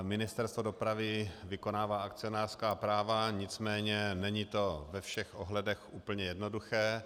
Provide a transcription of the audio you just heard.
Ministerstvo dopravy vykonává akcionářská práva, nicméně není to ve všech ohledech úplně jednoduché.